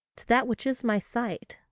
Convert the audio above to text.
to that which is my sight,